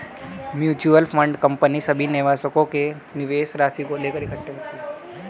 mutual fund company सभी निवेशकों के निवेश राशि को लेकर इकट्ठे करती है